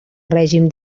règim